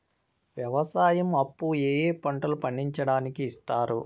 వ్యవసాయం అప్పు ఏ ఏ పంటలు పండించడానికి ఇస్తారు?